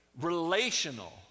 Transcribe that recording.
relational